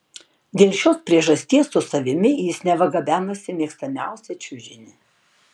dėl šios priežasties su savimi jis neva gabenasi mėgstamiausią čiužinį